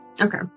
Okay